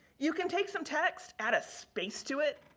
you can take some text, add a space to it,